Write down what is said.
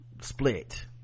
split